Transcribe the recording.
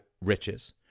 riches